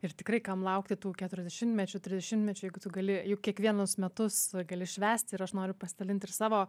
ir tikrai kam laukti tų keturiasdešimtmečių trisdešimtmečių jeigu tu gali juk kiekvienus metus gali švęst ir aš noriu pasidalinti ir savo